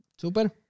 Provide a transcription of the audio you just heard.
Super